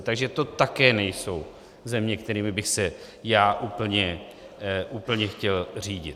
Takže to také nejsou země, kterými bych se já úplně chtěl řídit.